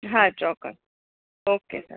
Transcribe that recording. હા ચોક્કસ okay sir